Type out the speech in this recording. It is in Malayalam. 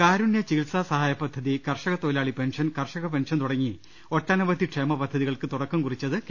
കാരുണ്യ ചികിത്സാ സഹായ പദ്ധതി കർഷക തൊഴിലാളി പെൻഷൻ കർഷക പെൻഷൻ തുടങ്ങി ഒട്ടനവധി ക്ഷേമ പദ്ധതികൾക്ക് തുടക്കം കുറി ച്ചത് കെ